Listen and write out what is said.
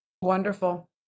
Wonderful